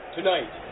Tonight